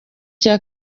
cya